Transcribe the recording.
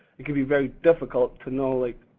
it can be very difficult to know, like,